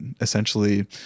essentially